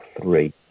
three